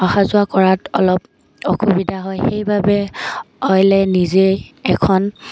আহা যোৱা কৰাত অলপ অসুবিধা হয় সেইবাবে অইলে নিজেই এখন